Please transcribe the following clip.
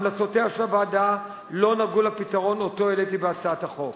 המלצותיה של הוועדה לא נגעו לפתרון שאותו העליתי בהצעת החוק.